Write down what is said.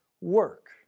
work